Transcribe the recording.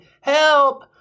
help